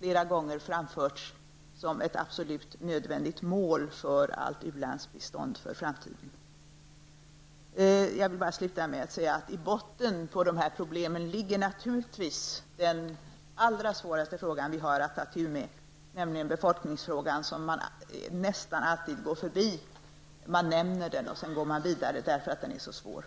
flera gånger framförts som ett absolut nödvändigt mål för allt u-landsbistånd i framtiden. Jag vill bara sluta med att säga att i botten på de här problemen ligger naturligtvis den allra svåraste frågan vi har att ta itu med, nämligen befolkningsfrågan, som man nästan alltid går förbi. Man nämner den och sedan går man vidare därför att den är så svår.